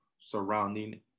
surrounding